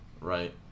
right